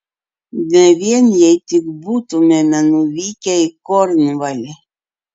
ne vien jei tik būtumėme nuvykę į kornvalį